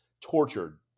tortured